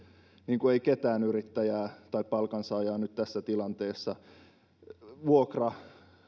niin kuin ei ketään yrittäjää tai palkansaajaa nyt tässä tilanteessa vuokrakatto